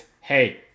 hey